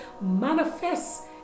manifest